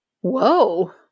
whoa